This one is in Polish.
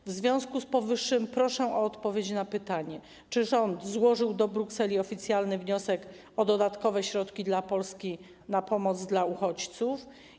W związku z powyższym proszę o odpowiedź na pytanie: Czy rząd złożył do Brukseli oficjalny wniosek o dodatkowe środki dla Polski na pomoc dla uchodźców?